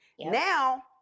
Now